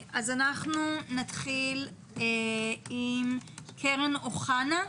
נתחיל עם קרן אוחנה,